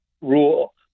rule